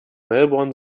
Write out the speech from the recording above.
melbourne